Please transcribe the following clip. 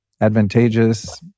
advantageous